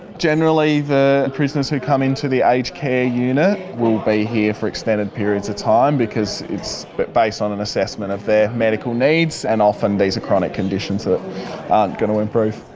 generally the prisoners who come into the aged care unit will be here for extended periods of time because it's but based on an assessment of their medical needs and often these are chronic conditions that aren't going to improve.